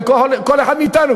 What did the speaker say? אצל כל אחד מאתנו.